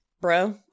Bro